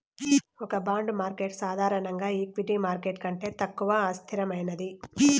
ఒక bond market సాధారణంగా equity market కంటే తక్కువ అస్థిరమైనది